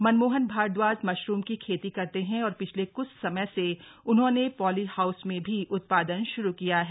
Manmohan Bhardwaj mushroom की खेती करते हैं और पिछले क्छ समय से उन्होंने पॉलीहाउस में भी उत्पादन शुरू किया है